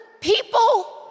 people